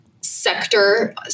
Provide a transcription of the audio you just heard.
sector